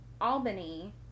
Albany